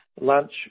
lunch